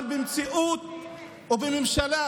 אבל במציאות ובממשלה